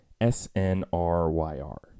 S-N-R-Y-R